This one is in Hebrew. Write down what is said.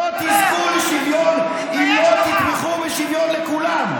לא תזכו בשוויון אם לא תתמכו בשוויון לכולם.